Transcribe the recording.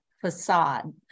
facade